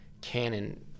Canon